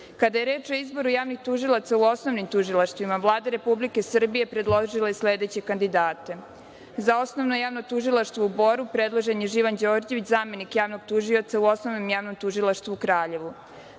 je reč o izboru javnih tužilaca u osnovnim tužilaštvima Vlada Republike Srbije predložila je sledeće kandidate:Za Osnovno javno tužilaštvo u Boru predložen je Živan Đorđević, zamenik javnog tužioca u Osnovnom javnom tužilaštvu u Kraljevu.Za